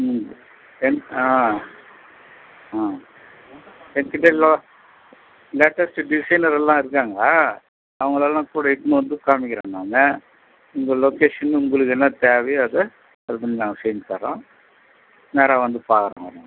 ம் என் ஆ ஆ லேட்டஸ்ட்டு டிசைனர் எல்லாம் இருக்காங்க அவங்களல்லாம் கூட இட்டுன்னு வந்து காமிக்கிறேன் நான் உங்கள் லொக்கேஷன் உங்களது என்ன தேவையோ அதை இது பண்ணி நாங்கள் செஞ்சு தரோம் நேராக வந்து பார்க்குறோம்